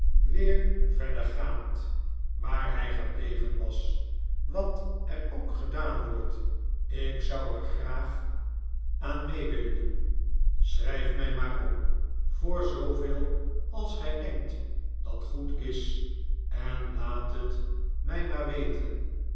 weer verder gaand waar hij gebleven was wat er ook gedaan wordt ik zou er graag aan mee willen doen schrijf mij maar op voor zooveel als gij denkt dat goed is en laat het mij maar weten